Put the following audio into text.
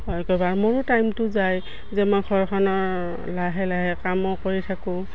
হয় ক'বাৰ মোৰো টাইমটো যায় যে মই ঘৰখনৰ লাহে লাহে কামো কৰি থাকোঁ